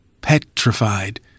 petrified